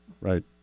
right